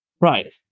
right